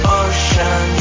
ocean